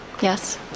Yes